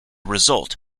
result